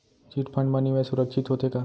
Chit fund मा निवेश सुरक्षित होथे का?